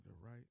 right